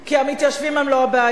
כי המתיישבים הם לא הבעיה,